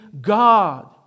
God